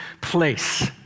place